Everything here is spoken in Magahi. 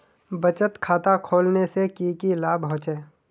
बचत खाता खोलने से की की लाभ होचे?